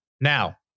Now